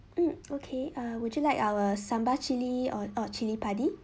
mm okay uh would you like our sambal chilli or or chilli padi